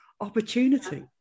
opportunity